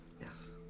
Yes